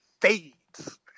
fades